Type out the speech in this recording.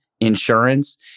insurance